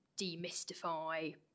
demystify